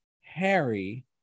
Harry